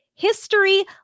History